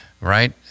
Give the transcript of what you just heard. right